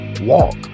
walk